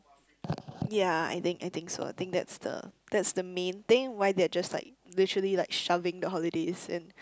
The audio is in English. ya I think I think so I think that's the that's the main thing why they are just like literally like shoving the holidays and